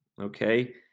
okay